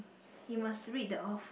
you must read the off